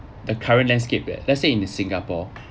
the current landscape le~ let's say in singapore